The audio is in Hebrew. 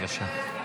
בבקשה.